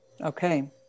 Okay